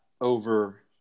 over